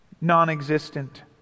non-existent